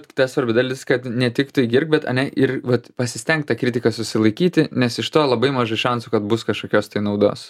ta svarbi dalis kad ne tiktai girk bet ane ir vat pasistenk tą kritiką susilaikyti nes iš to labai mažai šansų kad bus kažkokios tai naudos